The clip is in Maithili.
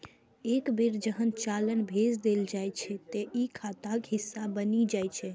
एक बेर जहन चालान भेज देल जाइ छै, ते ई खाताक हिस्सा बनि जाइ छै